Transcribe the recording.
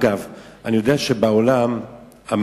אגב, אני יודע שבעולם המערבי,